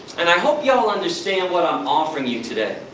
and i hope you all understand what i'm offering you today.